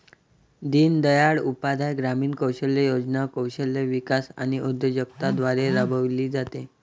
दीनदयाळ उपाध्याय ग्रामीण कौशल्य योजना कौशल्य विकास आणि उद्योजकता द्वारे राबविली जाते